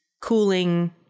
cooling